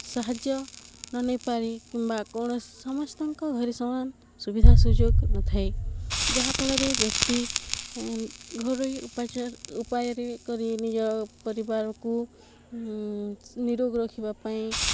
ସାହାଯ୍ୟ ନ ନେଇପାରି କିମ୍ବା କୌଣସି ସମସ୍ତଙ୍କ ଘରେ ସମାନ ସୁବିଧା ସୁଯୋଗ ନଥାଏ ଯାହାଫଳରେ ବ୍ୟକ୍ତି ଘରୋଇ ଉପଚାର ଉପାୟରେ କରି ନିଜ ପରିବାରକୁ ନିରୋଗ ରଖିବା ପାଇଁ